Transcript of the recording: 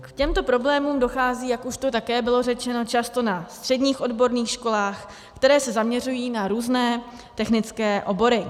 K těmto problémům dochází, jak už také bylo řečeno, často na středních odborných školách, které se zaměřují na různé technické obory.